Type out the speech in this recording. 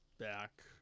back